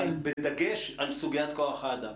אבל בדגש על סוגיית כוח האדם.